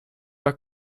pas